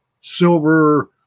silver